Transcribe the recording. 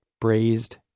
braised